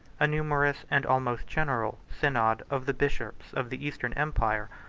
a numerous, and almost general, synod of the bishops of the eastern empire,